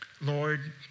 Lord